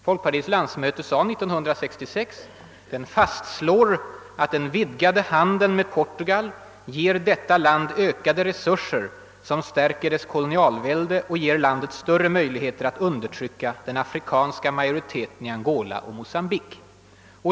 Folkpartiets landsmöte uttalade år 1966: Det »fastslår, att den vidgade handeln med Portugal ger detta land ökade resurser som stärker dess kolonialvälde och ger landet större möjligheter att undertrycka den afrikanska majoriteten i Angola och Mocambique».